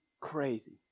crazy